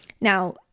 now